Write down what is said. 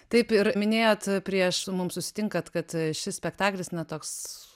taip ir minėjot prieš mums susitinkant kad šis spektaklis na toks